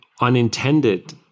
unintended